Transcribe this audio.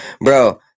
bro